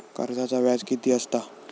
कर्जाचा व्याज कीती असता?